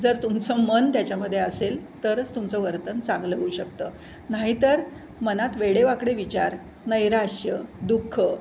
जर तुमचं मन त्याच्यामध्ये असेल तरच तुमचं वर्तन चांगलं होऊ शकतं नाहीतर मनात वेडेवाकडे विचार नैराश्य दुःख